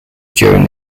during